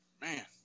Man